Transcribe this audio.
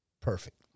Perfect